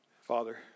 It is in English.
Father